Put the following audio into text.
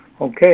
Okay